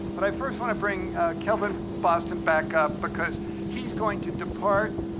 but i first want to bring kelvin boston back up because he's going to depart,